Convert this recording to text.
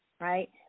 right